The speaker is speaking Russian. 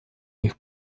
них